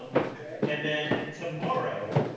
um and then tomorrow,